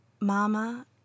Mama